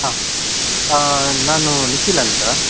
ಹಾಂ ನಾನು ನಿಖಿಲ್ ಅಂತ